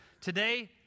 Today